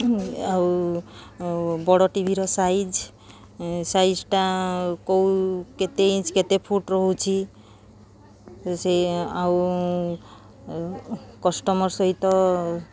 ଆଉ ବଡ଼ ଟିଭିର ସାଇଜ ସାଇଜଟା କୋଉ କେତେ ଇଞ୍ଚ କେତେ ଫୁଟ୍ ରହୁଛି ସେ ଆଉ କଷ୍ଟମର ସହିତ